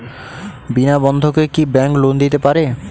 বিনা বন্ধকে কি bank loan দিতে পারে?